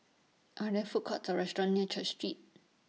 Are There Food Courts Or restaurants near Church Street